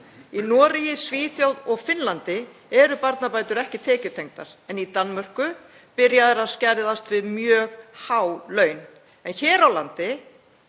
Í Noregi, Svíþjóð og Finnlandi eru barnabætur ekki tekjutengdar en í Danmörku byrja þær að skerðast við mjög há laun. En hér á landi